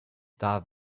darth